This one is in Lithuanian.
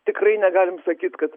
tikrai negalim sakyt kad